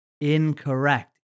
Incorrect